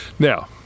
Now